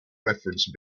reference